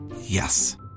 Yes